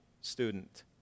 student